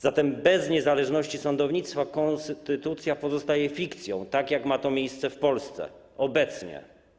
Zatem bez niezależności sądownictwa konstytucja pozostaje fikcją, tak jak ma to miejsce w Polsce obecnie.